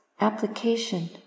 application